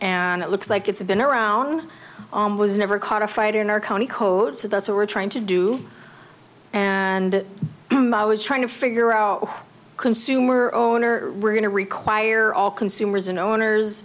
and it looks like it's been around was never caught a fight in our county code so that's what we're trying to do and i was trying to figure out consumer owner we're going to require all consumers an owners